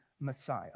Messiah